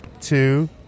two